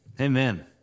Amen